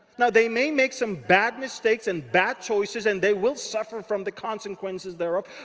now, they may make some bad mistakes and bad choices. and they will suffer from the consequences thereof.